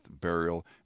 burial